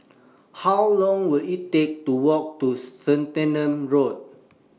How Long Will IT Take to Walk to Road